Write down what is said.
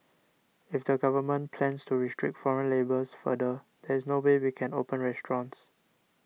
if the Government plans to restrict foreign labour further there is no way we can open restaurants